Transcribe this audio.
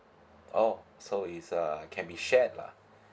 oh so it's err can be shared lah